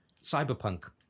Cyberpunk